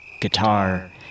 guitar